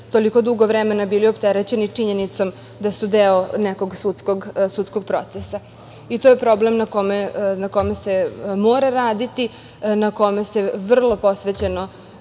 toliko dugo vremena bili opterećeni činjenicom da su deo nekog sudskog procesa. To je problem na kome se mora raditi, na kome se vrlo posvećeno